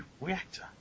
reactor